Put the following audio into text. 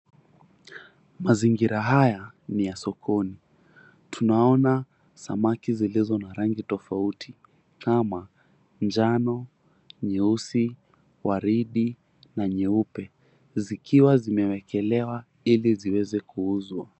Mazingira haya ni ya sokoni. Tunaona samaki zilizo na rangi tofauti kama njano, nyeusi, waridi na nyeupe. Zikiwa zimewekelewa ili ziweze kuuzwa.